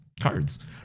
cards